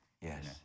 Yes